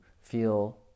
feel